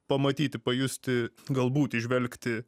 pamatyti pajusti galbūt įžvelgti